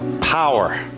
Power